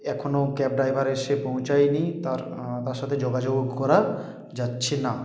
এখনও cab driver এসে পৌঁছায়নি তার সাথে যোগাযোগও করা যাচ্ছে না